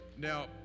Now